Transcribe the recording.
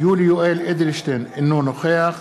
יולי יואל אדלשטיין, אינו נוכח